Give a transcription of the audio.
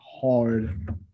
hard